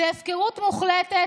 זאת הפקרות מוחלטת.